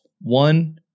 one